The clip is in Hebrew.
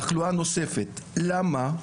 תחלואה נוספת, למה?